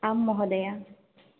आं महोदय